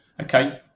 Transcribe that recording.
Okay